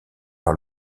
par